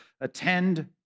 attend